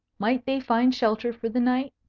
might they find shelter for the night?